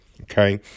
okay